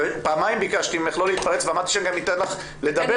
פעמיים ביקשתי ממך לא להתפרץ ואמרתי לך שאתן לך לדבר.